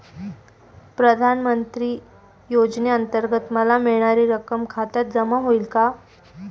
प्रधानमंत्री योजनेअंतर्गत मला मिळणारी रक्कम खात्यात जमा होईल का?